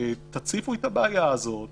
תציפו את הבעיה הזאת,